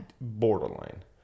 Borderline